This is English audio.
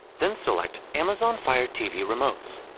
then select amazon fire tv remotes.